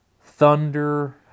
thunder